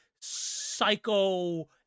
psycho